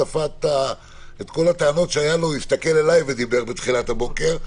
בכל הטענות שהיו לו ואמר בתחילת הבוקר,